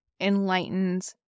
enlightened